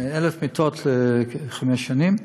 1,000 מיטות לחמש שנים,